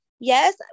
Yes